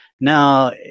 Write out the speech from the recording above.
Now